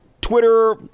Twitter